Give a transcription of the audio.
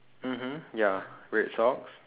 mmhmm ya red socks